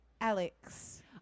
Alex